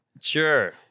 Sure